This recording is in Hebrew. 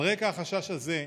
על רקע החשש הזה,